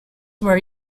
were